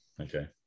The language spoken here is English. Okay